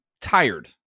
tired